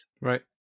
right